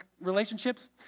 relationships